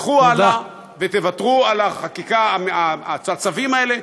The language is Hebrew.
תלכו הלאה ותוותרו על החקיקה, הצווים האלה.